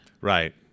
Right